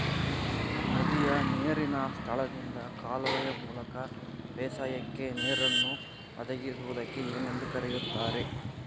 ನದಿಯ ನೇರಿನ ಸ್ಥಳದಿಂದ ಕಾಲುವೆಯ ಮೂಲಕ ಬೇಸಾಯಕ್ಕೆ ನೇರನ್ನು ಒದಗಿಸುವುದಕ್ಕೆ ಏನೆಂದು ಕರೆಯುತ್ತಾರೆ?